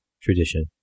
tradition